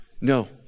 No